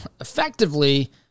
effectively